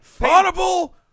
audible